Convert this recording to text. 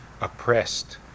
oppressed